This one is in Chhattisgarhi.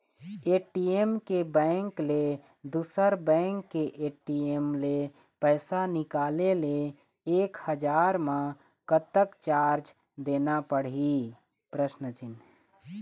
ए.टी.एम के बैंक ले दुसर बैंक के ए.टी.एम ले पैसा निकाले ले एक हजार मा कतक चार्ज देना पड़ही?